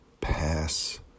pass